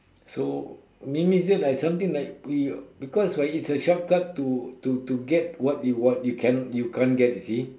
so meanings that like something like we because like it's a shortcut to to to get what you want you you cannot can't get you see